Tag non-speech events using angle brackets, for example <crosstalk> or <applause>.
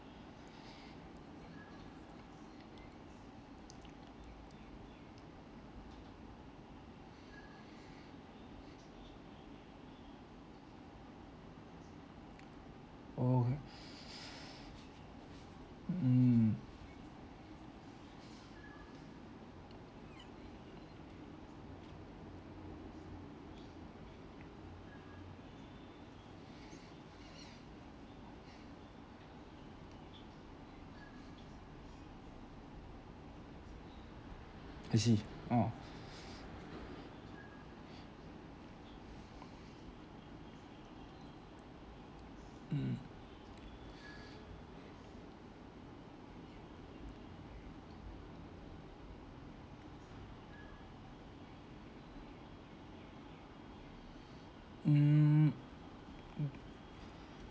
<noise> okay mm I see uh mm mm mm <breath>